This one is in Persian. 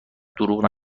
دروغ